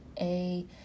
A-